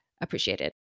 appreciated